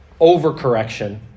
overcorrection